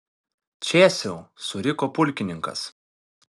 čėsiau suriko pulkininkas